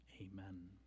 Amen